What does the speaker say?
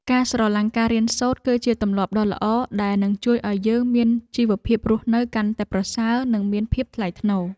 ការស្រឡាញ់ការរៀនសូត្រ គឺជាទម្លាប់ដ៏ល្អដែលនឹងជួយឱ្យយើងមានជីវភាពរស់នៅកាន់តែប្រសើរនិងមានភាពថ្លៃថ្នូរ។